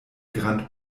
grand